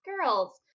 girls